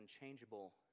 unchangeable